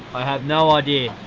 i have no idea.